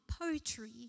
poetry